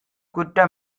குற்ற